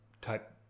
type